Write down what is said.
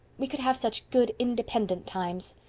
we could have such good, independent times.